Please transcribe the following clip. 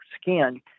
skin